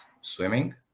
swimming